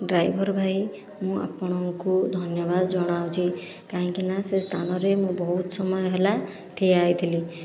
driver ଭାଇ ମୁଁ ଆପଣଙ୍କୁ ଧନ୍ୟବାଦ ଜଣାଉଛି କାହିଁକି ନା ସେ ସ୍ଥାନରେ ମୁଁ ବହୁତ ସମୟ ହେଲା ଠିଆ ହୋଇଥିଲି